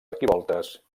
arquivoltes